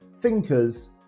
thinkers